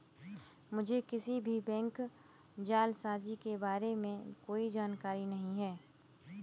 मुझें किसी भी बैंक जालसाजी के बारें में कोई जानकारी नहीं है